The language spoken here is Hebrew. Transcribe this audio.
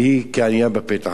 והיא כענייה בפתח.